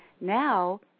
Now